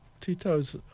Tito's